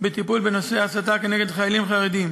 בטיפול בנושא ההסתה כנגד חיילים חרדים.